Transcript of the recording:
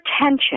attention